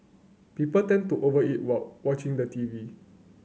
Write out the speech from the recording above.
people tend to over eat while watching the T V